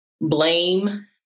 blame